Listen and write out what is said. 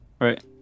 right